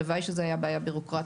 הלוואי שזה היה בעיה ביורוקרטית.